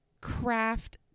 craft